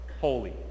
holy